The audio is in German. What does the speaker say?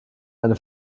eine